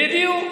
בדיוק.